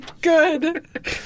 good